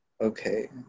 Okay